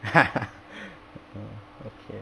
mm okay